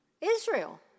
Israel